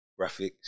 graphics